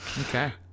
Okay